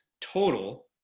total